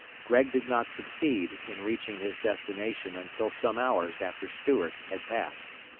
gregg did not succeed in reaching his destination until some hours after stuart had passed.